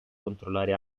controllare